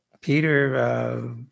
Peter